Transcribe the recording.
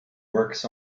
works